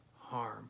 harm